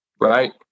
Right